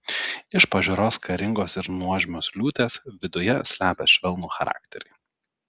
iš pažiūros karingos ir nuožmios liūtės viduje slepia švelnų charakterį